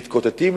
מתקוטטים,